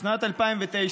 בשנת 2009,